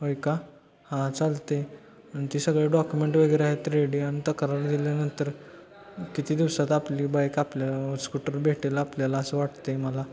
होय का हा चालत आहे आणि ती सगळं डॉक्युमेंट वगैरे आहेत रेडी आणि तक्रार दिल्यानंतर किती दिवसात आपली बाईक आपली स्कूटर भेटेल आपल्याला असं वाटत आहे मला